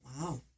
wow